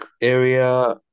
area